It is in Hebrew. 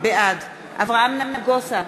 בעד אברהם נגוסה,